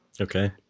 okay